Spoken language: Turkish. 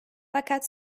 fakat